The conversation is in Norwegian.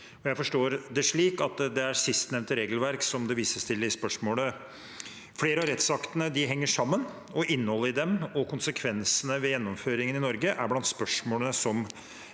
Jeg forstår det slik at det er sistnevnte regelverk det vises til i spørsmålet. Flere av rettsaktene henger sammen, og innholdet i dem og konsekvensene ved gjennomføringen i Norge er blant spørsmålene som